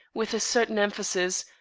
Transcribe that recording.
with a certain emphasis,